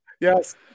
yes